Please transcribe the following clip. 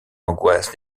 l’angoisse